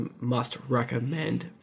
must-recommend